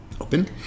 open